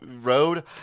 road